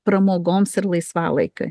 pramogoms ir laisvalaikiui